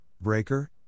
Breaker